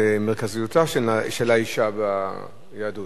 זה מרכזיותה של האשה ביהדות.